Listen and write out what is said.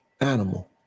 animal